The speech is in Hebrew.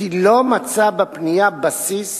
כי לא מצא בפנייה בסיס